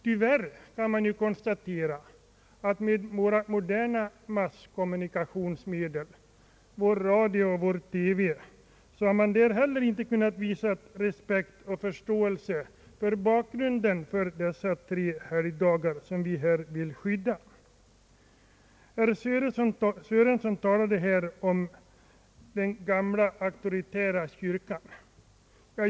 Tyvärr kan vi konstatera att man inte heller i våra moderna massmedia, radio och TV, har kunnat visa respekt och förståelse för de tre helgdagar som vi här vill skydda. Herr Sörenson talade om den auktoritära kyrkan.